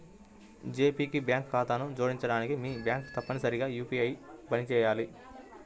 G Pay కి bank ఖాతాను జోడించడానికి, మీ బ్యాంక్ తప్పనిసరిగా యూ.పీ.ఐ తో పనిచేయాలి